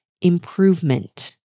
improvement